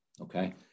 okay